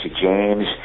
James